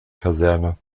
kaserne